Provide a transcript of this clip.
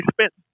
spent